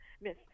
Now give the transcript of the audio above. Miss